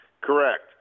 Correct